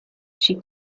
she